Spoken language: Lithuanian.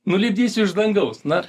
nulipdysiu iš dangaus na